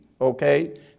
okay